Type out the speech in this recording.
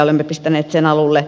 olemme pistäneet sen alulle